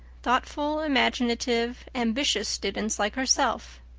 thoughtful, imaginative, ambitious students like herself.